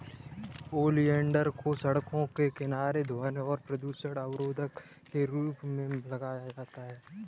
oleander को सड़कों के किनारे ध्वनि और प्रदूषण अवरोधक के रूप में लगाया जाता है